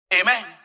Amen